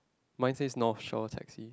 mine says North Shore taxi